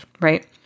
right